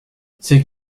ces